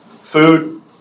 Food